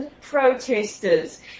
protesters